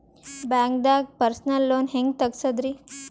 ಬ್ಯಾಂಕ್ದಾಗ personal loan ಹೆಂಗ್ ತಗ್ಸದ್ರಿ?